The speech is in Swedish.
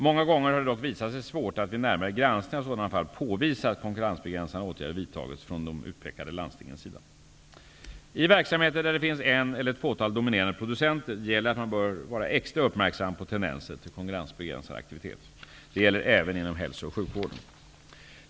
Många gånger har det dock visat sig svårt att vid närmare granskning av sådana fall påvisa att konkurrensbegränsande åtgärder vidtagits från de utpekade landstingens sida. I verksamheter där det finns en eller ett fåtal dominerande producenter gäller att man bör vara extra uppmärksam på tendenser till konkurrensbegränsande aktiviteter. Det gäller även inom hälso och sjukvården.